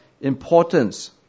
importance